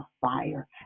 fire